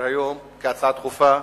לסדר-היום כהצעה דחופה,